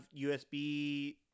USB